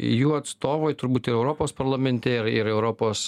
jų atstovai turbūt europos parlamente ir ir europos